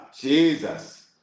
Jesus